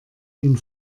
ihn